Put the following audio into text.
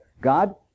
God